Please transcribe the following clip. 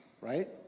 right